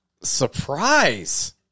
Surprise